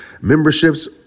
memberships